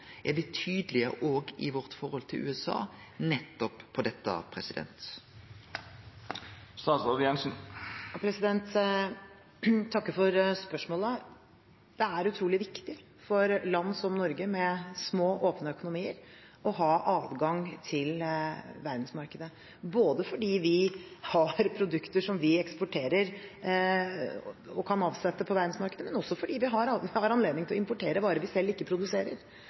Er me tydelege i forholdet vårt til USA om nettopp dette? Jeg takker for spørsmålet. Det er utrolig viktig for land som Norge, med små, åpne økonomier, å ha adgang til verdensmarkedet, både fordi vi har produkter som vi eksporterer og kan avsette på verdensmarkedet, og også fordi vi har anledning til å importere varer vi ikke produserer